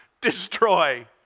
destroy